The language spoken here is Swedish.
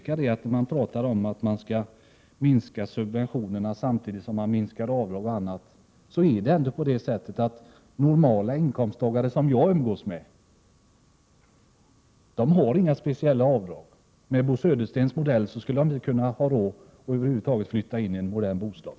När det här talas om att man skall minska subventionerna samtidigt som man minskar rätten till avdrag och annat tycker jag det är angeläget att påpeka att normala inkomsttagare, som jag umgås med, inte har några speciella avdrag. Med tillämpning av Bo Söderstens modell skulle de över huvud taget inte ha råd att ha en modern bostad.